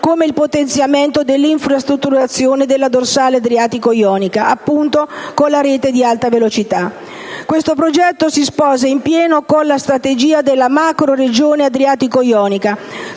come il potenziamento dell'infrastrutturazione della dorsale adriatico-ionica attraverso, appunto, la realizzazione della linea ad alta velocità. Questo progetto si sposa in pieno con la strategia della macroregione adriatico-ionica,